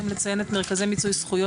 אשמח לציין גם את מרכזי מיצוי זכויות